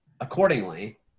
accordingly